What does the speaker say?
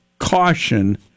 Caution